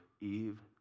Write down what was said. Eve